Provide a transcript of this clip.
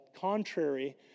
contrary